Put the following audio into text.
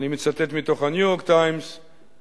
אני מצטט מתוך ה"ניו-יורק טיימס"